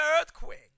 earthquake